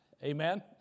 Amen